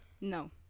No